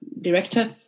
director